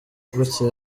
gutya